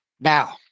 Now